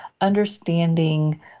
understanding